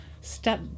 step